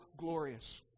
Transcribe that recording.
glorious